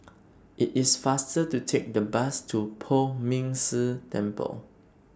IT IS faster to Take The Bus to Poh Ming Tse Temple